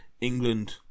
England